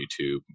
youtube